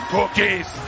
Cookies